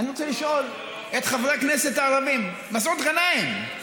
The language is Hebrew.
אני רוצה לשאול את חברי הכנסת הערבים מסעוד גנאים,